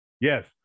yes